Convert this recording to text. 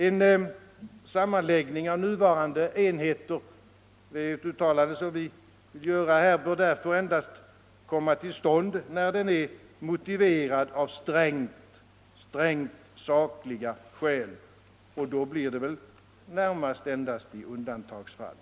En sammanläggning av nuvarande enheter — det är ett uttalande som vi vill göra här — bör därför endast komma till stånd när den är motiverad av strängt sakliga skäl, och då blir det väl närmast i undantagsfall.